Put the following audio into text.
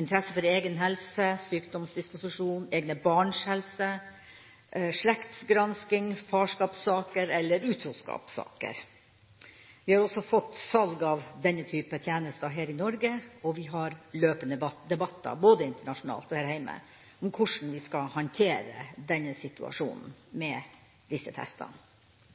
interesse for egen helse, sykdomsdisposisjon, egne barns helse, slektsgranskning, farskapssaker eller utroskapssaker. Vi har også fått salg av denne typen tjenester her i Norge, og vi har løpende debatter både internasjonalt og her hjemme om hvordan vi skal håndtere situasjonen med disse testene.